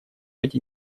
эти